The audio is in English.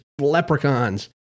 leprechauns